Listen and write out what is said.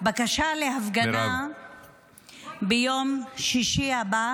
-- בקשה להפגנה ביום שישי הבא